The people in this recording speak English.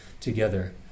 together